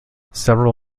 several